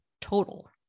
total